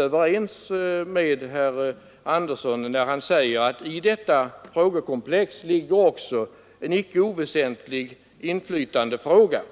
överens med herr Andersson när han säger att i dessa frågekomplex också ligger en icke oväsentlig inflytandefråga.